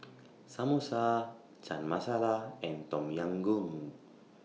Samosa Chana Masala and Tom Yam Goong